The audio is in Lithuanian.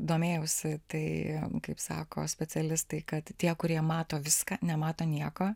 domėjausi tai kaip sako specialistai kad tie kurie mato viską nemato nieko